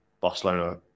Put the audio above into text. Barcelona